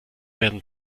werden